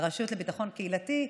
לביטחון קהילתי.